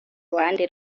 ruhande